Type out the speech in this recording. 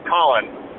Colin